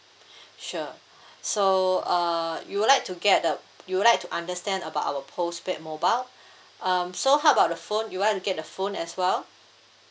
sure so uh you would like to get the you would like to understand about our postpaid mobile um so how about the phone you want to get the phone as well